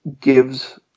gives